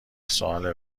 سوال